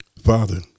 Father